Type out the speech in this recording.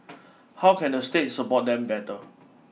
how can the state support them better